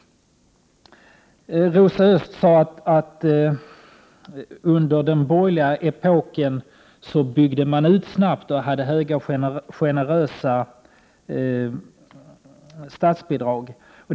Rosa Östh sade att barnomsorgen under den borgerliga epoken byggdes ut snabbt och att statsbidragen då var generösa.